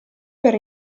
per